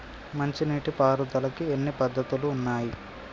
మంచి నీటి పారుదలకి ఎన్ని పద్దతులు ఉన్నాయి?